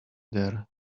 there